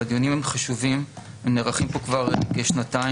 והדיונים הם חשובים והם נערכים פה כבר כשנתיים.